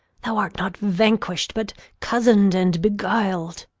thou art not vanquish'd, but cozen'd and beguil'd.